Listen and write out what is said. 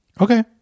Okay